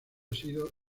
sido